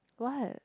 what